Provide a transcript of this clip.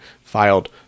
filed